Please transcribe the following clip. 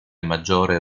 maggiore